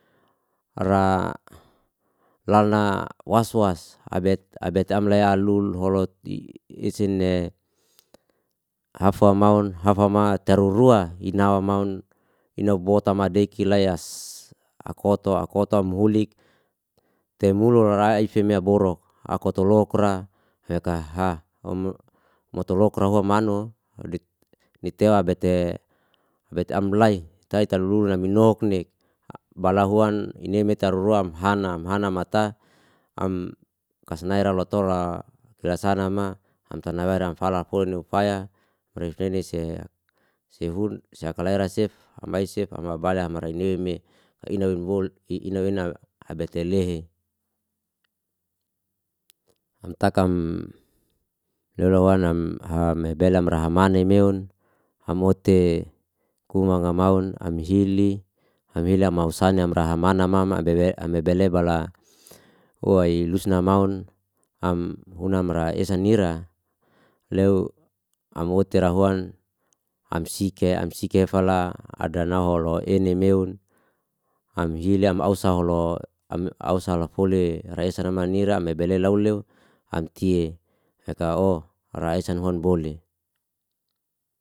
Ra lalna was was abet abet amlaya lul holo ti esene hafa maun hafa matururua ina mamaun inabotamadeki layas akoto akoto muhulik temulu rara ifeame boruk aku motolokra wekah hah homo motowokra manu o ni tea bete bete amblai tai tururu nai minoknik bala huan ineme taruruam hanam hanam mata am kasnae ra loto la kirasanama hamta naiwaira nafala fulufaya berekinise sehun seakalaraya sef amaisef amabala marai ni me inawen woul inawe ina abatelehe amtakam lelemwanam ha me belam raha manem meun hamote kungangamaun amhili amhili amausane amraha mana mama ambewe ambebeleba la huwai lusna maun am huna am ra esan nira leo amotira huan amsiki amsiki fala adanau holo ene meon amhileam aosa holo am aosala fole re esa na mana ira me beleu lau loe amtie naka o raisan honbole